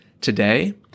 today